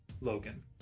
Logan